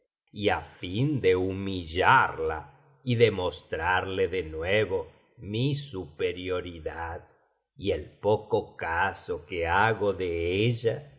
á fin de humillarla y demostrarle de nuevo mi superioridad y el poco aso que hago de ella